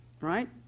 right